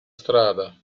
strada